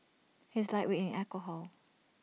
he is A lightweight in alcohol